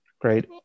Great